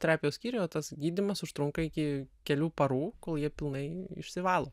terapijos skyriuje o tas gydymas užtrunka iki kelių parų kol jie pilnai išsivalo